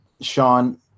Sean